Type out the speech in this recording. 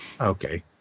Okay